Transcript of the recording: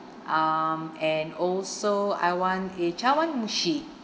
um and also I want a chawanmushi